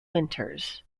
winters